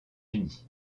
unis